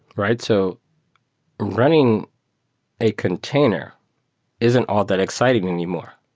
right? so running a container isn't all that exciting anymore.